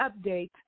update